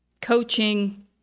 coaching